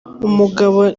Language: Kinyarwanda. umugabo